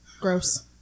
Gross